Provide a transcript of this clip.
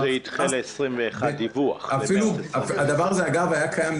הדבר הזה, אגב, היה קיים.